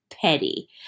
petty